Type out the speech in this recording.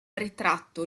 ritratto